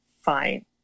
fine